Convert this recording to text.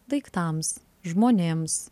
daiktams žmonėms